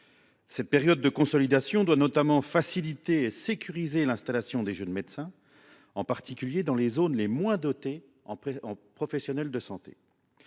Cette période de consolidation doit notamment faciliter et sécuriser l’installation des jeunes médecins, en particulier dans les zones les moins dotées en professionnels de santé.